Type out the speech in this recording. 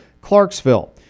Clarksville